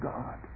God